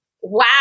Wow